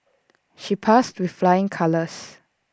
she passed with flying colours